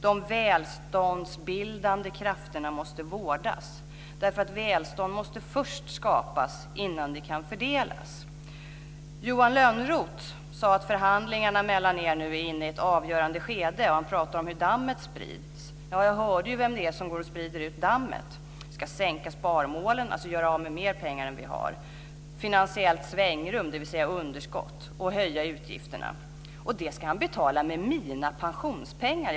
De välståndsbildande krafterna måste vårdas. Välstånd måste skapas först innan det kan fördelas. Johan Lönnroth sade att förhandlingarna mellan er nu är inne i ett avgörande skede. Han pratade om hur dammet sprids. Jag hörde ju vem det är som går och sprider ut dammet. Vi ska sänka sparmålen, dvs. göra av med mer pengar än vi har. Det talas om finansiellt svängrum, dvs. underskott, och att vi ska höja utgifterna. Och detta ska betalas med mina pensionspengar.